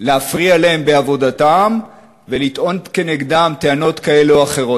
להפריע להם בעבודתם ולטעון כנגדם טענות כאלה ואחרות?